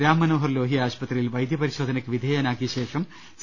രാം മനോഹർ ലോഹ്യ ആശു പത്രിയിൽ വൈദ്യ പരിശോധനയ്ക്ക് വിധേയനാക്കിയശേഷം സി